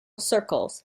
circles